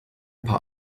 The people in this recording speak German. paar